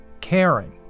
caring